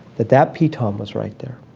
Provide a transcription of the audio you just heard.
that that piton was right there.